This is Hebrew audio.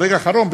ברגע האחרון,